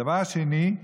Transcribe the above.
הדבר השני,